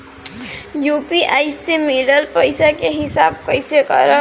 UPI से मिलल पईसा के हिसाब कइसे करब?